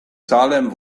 salem